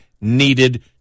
needed